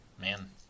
Man